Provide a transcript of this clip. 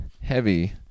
heavy